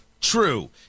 true